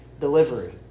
delivery